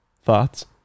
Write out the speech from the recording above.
Thoughts